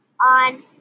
on